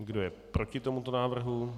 Kdo je proti tomuto návrhu?